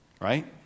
right